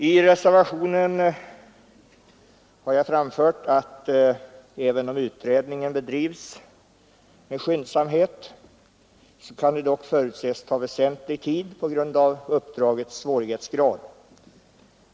I reservationen har jag anfört att även om utredningen bedrivs med skyndsamhet kan den dock förutses ta väsentlig tid på grund av uppdragets svårighetsgrad.